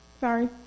Sorry